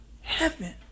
Heaven